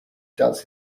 does